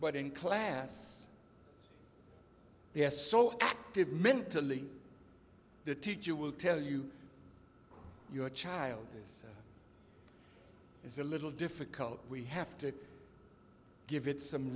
but in class yes so active mentally the teacher will tell you your child this is a little difficult we have to give it some